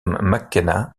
mckenna